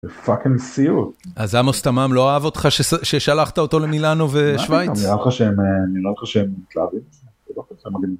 זה פאקינג סיוט. אז עמוס תמם לא אהב אותך ששלחת אותו למילאנו ושוויץ. מה פתאום! נראה לך שהם מתלהבים מזה? זה לא כזה מגניב.